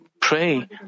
pray